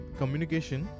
communication